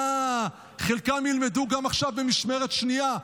חלקם ילמדו גם עכשיו במשמרת שנייה.